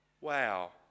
wow